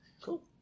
Cool